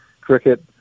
cricket